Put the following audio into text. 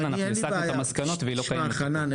אנחנו הסקנו את המסקנות והיא לא קיימת יותר.